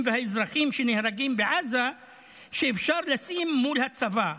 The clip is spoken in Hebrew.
והאזרחים שנהרגים בעזה שאפשר לשים לצבא.